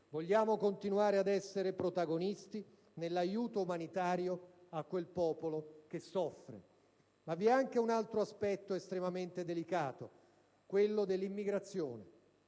Vogliamo continuare ad essere protagonisti nell'aiuto umanitario a quel popolo che soffre. Ma vi è anche un altro aspetto estremamente delicato: quello dell'immigrazione.